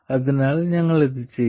അതിനാൽ ഞങ്ങൾ ഇത് ചെയ്യും